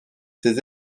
ses